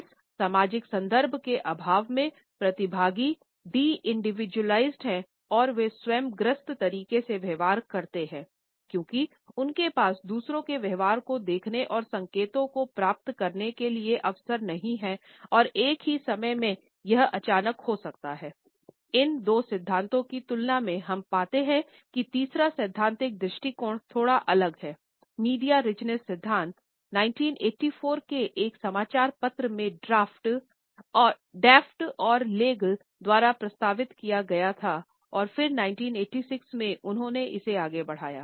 इस सामाजिक संदर्भ के अभाव में प्रतिभागी डे इंडिवीडुअलिज़ेडद्वारा प्रस्तावित किया गया था और फिर 1986 में उन्होंने इसे आगे बढ़ाया